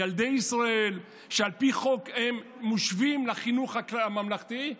לילדי ישראל שעל פי חוק הם משווים לחינוך הממלכתי,